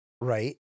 Right